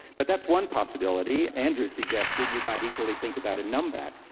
but that's one possibility. andrew suggested you might equally think about a numbat.